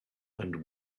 and